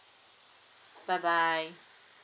bye bye